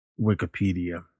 Wikipedia